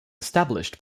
established